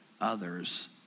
others